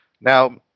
Now